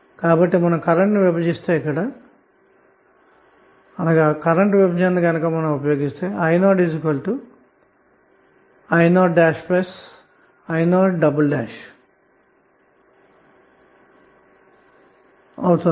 కాబట్టిమనము కరెంట్ను విభజిస్తే i0i0i0 అవుతుంది